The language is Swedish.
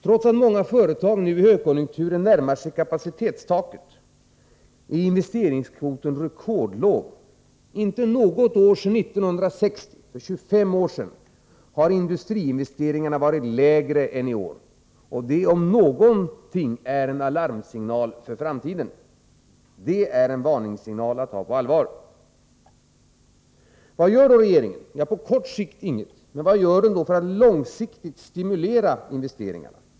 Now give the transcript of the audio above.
Trots att många företag nu i högkonjunkturen närmar sig kapacitetstaket är investeringskvoten rekordlåg. Inte något år sedan 1960, för 25 år sedan, har industriinvesteringarna varit lägre än i år. Det om någonting är en alarmsignal för framtiden, en varningssignal att ta på allvar. Vad gör då regeringen? På kort sikt gör den ingenting. Vad gör den för att långsiktigt stimulera investeringarna?